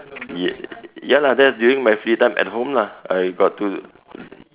yes ya lah that's during my free time at home lah I got to